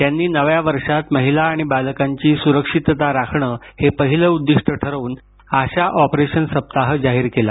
त्यांनी नव्या वर्षात महिला आणि बालकांची सुरक्षितता राखणं हे पहिलं उद्दिष्ट ठरवून आशा ऑपरेशन सप्ताह जाहीर केला